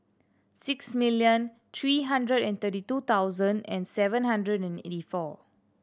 six million three hundred and thirty two thousand and seven hundred and eighty four